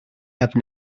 have